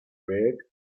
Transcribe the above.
red